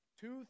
two